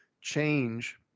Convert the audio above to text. change